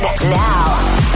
now